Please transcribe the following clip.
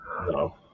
No